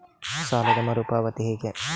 ಸಾಲದ ಮರು ಪಾವತಿ ಹೇಗೆ?